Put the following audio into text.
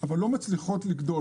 אבל הן לא מצליחות לגדול.